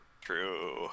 True